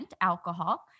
alcohol